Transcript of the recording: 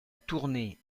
tournée